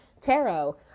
tarot